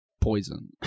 poison